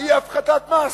אי-הפחתת מס.